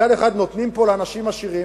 מצד אחד נותנים פה לאנשים עשירים,